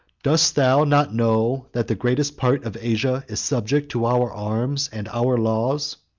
dost thou not know, that the greatest part of asia is subject to our arms and our laws?